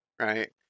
right